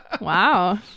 Wow